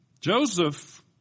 Joseph